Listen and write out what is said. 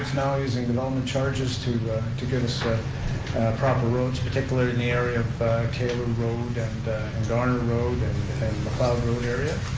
now using development charges to to get us proper roads, particularly in the area of kalar road and garner road and macleod road area.